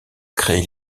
créé